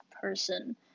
person